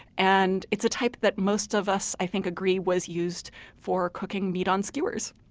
and it's a type that most of us i think agree was used for cooking meat on skewers.